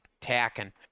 Tacking